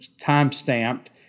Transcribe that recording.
time-stamped